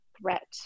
threat